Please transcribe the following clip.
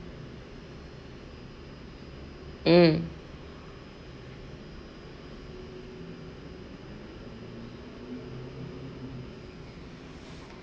mm